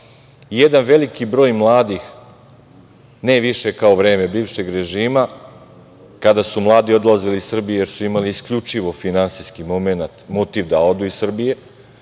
jedan veliki broj mladih, ne više kao vreme bivšeg režima, kada su mladi odlazili iz Srbije, jer su imali isključivo finansijski momenat, motiv da odu iz Srbije,